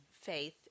faith